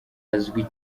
azwi